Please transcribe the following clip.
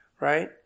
right